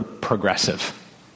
progressive